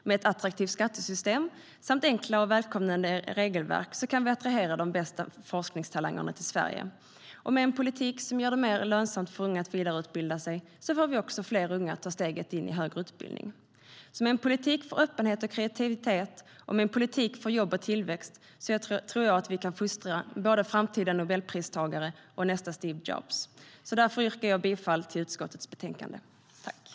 Med ett attraktivt skattesystem samt enkla och välkomnande regelverk kan vi attrahera de bästa forskningstalangerna till Sverige. Och med en politik som gör det mer lönsamt för unga att vidareutbilda sig får vi också fler unga att ta steget in i högre utbildning.